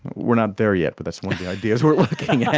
we're not there yet, but that's one of the ideas we're looking yeah